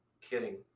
kidding